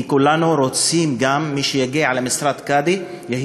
כי כולנו רוצים שמי שיגיע למשרת קאדי גם